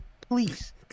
please